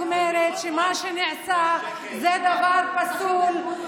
העובדה המוגמרת היא שמה שנעשה הוא דבר פסול.